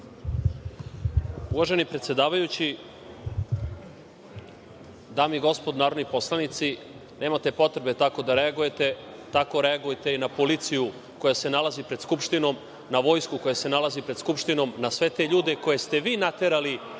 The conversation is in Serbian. Uvaženi predsedavajući, dame i gospodo narodni poslanici, nemate potrebe tako da reagujete, tako reagujete i na policiju koja se nalazi pred Skupštinom, na vojsku koja se nalazi pred Skupštinom, na sve te ljude koje ste vi naterali